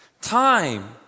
Time